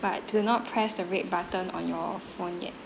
but do not press the red button on your phone yet